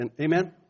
Amen